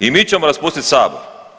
i mi ćemo raspustit sabor.